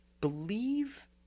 believe